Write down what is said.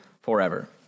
forever